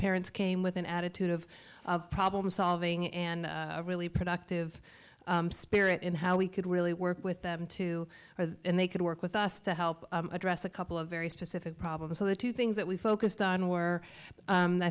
parents came with an attitude of problem solving and a really productive spirit in how we could really work with them to and they could work with us to help address a couple of very specific problems so the two things that we focused on were